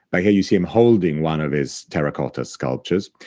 ah here you see him holding one of his terracotta sculptures.